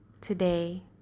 Today